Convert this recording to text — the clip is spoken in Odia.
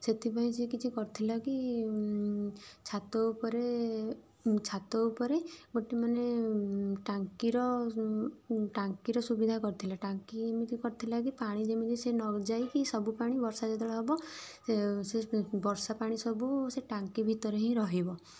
ସେଥିପାଇଁ ସେ କିଛି କରିଥିଲା କି ଛାତ ଉପରେ ଛାତ ଉପରେ ଗୋଟେ ମାନେ ଟାଙ୍କିର ଟାଙ୍କିର ସୁବିଧା କରିଥିଲା ଟାଙ୍କି ଏମିତି କରିଥିଲା କି ପାଣି ଯେମିତି ସେ ନଯାଇକି ସବୁ ପାଣି ବର୍ଷା ଯେତେବେଳେ ହବ ସେ ବର୍ଷା ପାଣି ସବୁ ସେ ଟାଙ୍କି ଭିତରେ ହିଁ ରହିବ